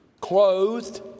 clothed